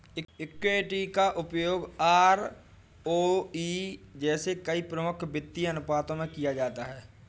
equity का उपयोग ROE जैसे कई प्रमुख वित्तीय अनुपातों में किया जाता है